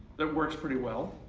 that works pretty well.